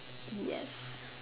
yes